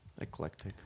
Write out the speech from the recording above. Eclectic